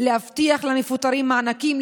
להבטיח למפוטרים מענקים,